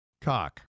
Cock